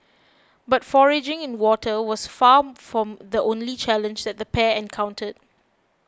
but foraging water was far from the only challenge that the pair encountered